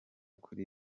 kuri